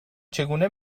چگونه